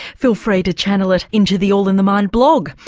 feel free to channel it into the all in the mind blog.